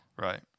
Right